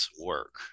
work